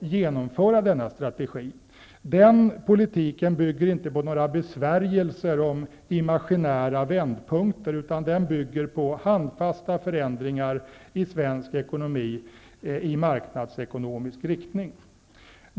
genomföra denna strategi. Den politiken bygger inte på några besvärjelser om imaginära vändpunkter, utan den bygger på handfasta förändringar i svensk ekonomi i marknadsekonomisk riktning.